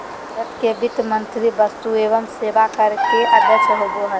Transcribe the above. भारत के वित्त मंत्री वस्तु एवं सेवा कर के अध्यक्ष होबो हइ